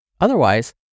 Otherwise